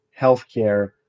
healthcare